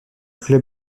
club